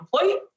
employee